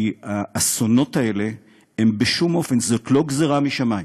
כי האסונות האלה הם בשום אופן לא גזירה משמים.